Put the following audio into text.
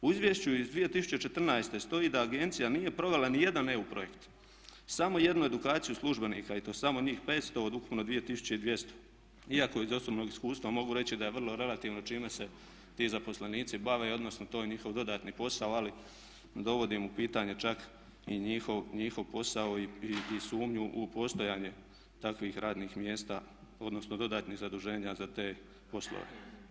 U izvješću iz 2014.stojii da agencija nije provela ni jedan EU projekt, samo jednu edukaciju službenika i to samo njih 500 od ukupno 2200 iako iz osobnog iskustva mogu reći da je vrlo relativno čime se ti zaposlenici bave, odnosno to je njihov dodatni posao ali dovodim u pitanje čak i njihov posao i sumnju u postojanje takvih radnih mjesta odnosno dodatnih zaduženja za te poslove.